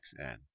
xn